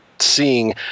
seeing